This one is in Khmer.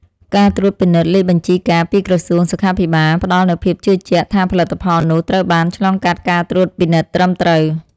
ការត្រួតពិនិត្យលេខបញ្ជីកាពីក្រសួងសុខាភិបាលផ្តល់នូវភាពជឿជាក់ថាផលិតផលនោះត្រូវបានឆ្លងកាត់ការត្រួតពិនិត្យត្រឹមត្រូវ។